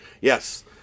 yes